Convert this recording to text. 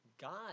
god